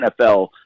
NFL